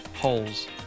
Holes